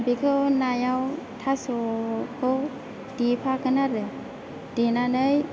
बेखौ नायाव थास'खौ देफागोन आरो देनानै